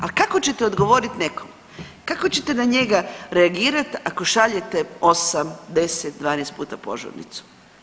Al kako ćete odgovoriti nekom, kako ćete na njega reagirati ako šaljete 8, 10, 12 puta požurnicu.